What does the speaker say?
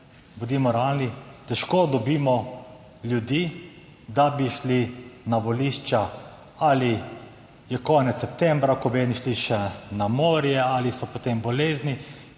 bodimo realni, težko dobimo ljudi, da bi šli na volišča. Ali je konec septembra, ko bi eni šli še na morje, ali so potem bolezni.